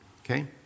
okay